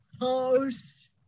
house